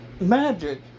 Magic